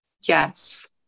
Yes